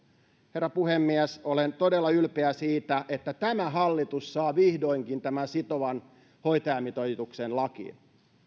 herra puhemies olen todella ylpeä siitä että tämä hallitus saa vihdoinkin tämän sitovan hoitajamitoituksen lakiin